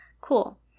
Cool